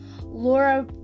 Laura